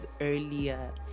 earlier